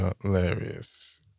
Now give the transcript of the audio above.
hilarious